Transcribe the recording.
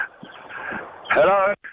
hello